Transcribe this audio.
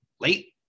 Late